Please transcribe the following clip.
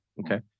Okay